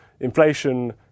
Inflation